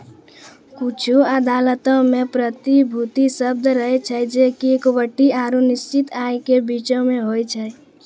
कुछु अदालतो मे प्रतिभूति शब्द रहै छै जे कि इक्विटी आरु निश्चित आय के बीचो मे होय छै